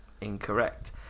incorrect